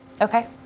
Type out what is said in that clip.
Okay